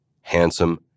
handsome